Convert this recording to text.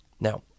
Now